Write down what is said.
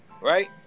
right